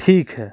ठीक है